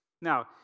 Now